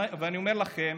ואני אומר לכם,